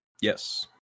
yes